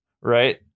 right